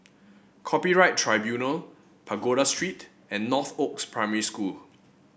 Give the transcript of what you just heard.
Copyright Tribunal Pagoda Street and Northoaks Primary School